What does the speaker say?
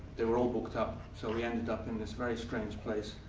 they were all booked up. so we ended up in this very strange place,